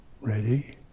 ready